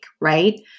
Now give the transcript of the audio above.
right